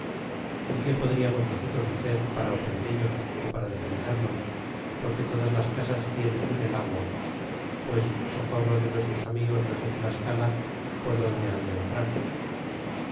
é qué podriamos nosotros hacer para ofendellos ó para defendernos porque todas las casas tienen en el agua pues socorro de nuestros iu amigos los de tlascala por dónde han de entrar